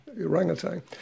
orangutan